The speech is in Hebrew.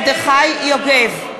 אני עברתי כבר לבא.